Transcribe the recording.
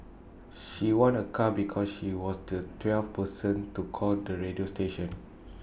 she won A car because she was the twelfth person to call the radio station